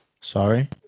Sorry